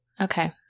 Okay